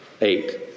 Eight